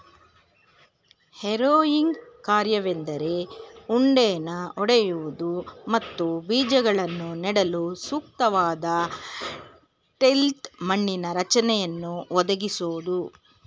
harrowing ಕಾರ್ಯವೆಂದರೆ ಉಂಡೆನ ಒಡೆಯುವುದು ಮತ್ತು ಬೀಜಗಳನ್ನು ನೆಡಲು ಸೂಕ್ತವಾದ ಟಿಲ್ತ್ ಮಣ್ಣಿನ ರಚನೆಯನ್ನು ಒದಗಿಸೋದು